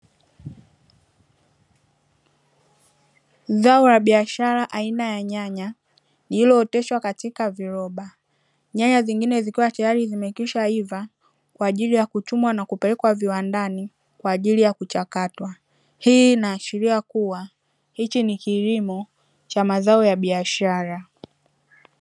Zao la biashara aina ya nyanya lililooteshwa katika viroba, nyanya nyingine zikiwa tayari zimekwisha iva kwa ajili ya kuchumwa na kupelekwa viwandani kwa ajili ya kuchakatwa. Hii inaashiria kuwa hichi ni kilimo cha mazao ya biashara.